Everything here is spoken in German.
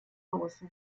hause